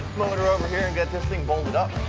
to over here and get this thing bolted up.